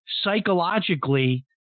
psychologically